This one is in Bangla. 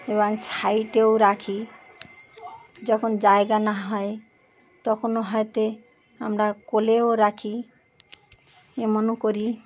এবং সাইটেও রাখি যখন জায়গা না হয় তখনও হয়ত আমরা কোলেও রাখি এমনও করি